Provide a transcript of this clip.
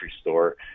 store